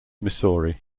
missouri